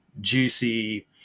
juicy